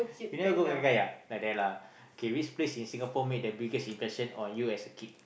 you never go Gai-Gai yeah like that lah okay which place in Singapore made the biggest impression on you as kid